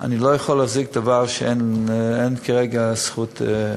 אני לא יכול להחזיק דבר שאין לו כרגע זכות קיום.